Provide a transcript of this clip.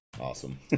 Awesome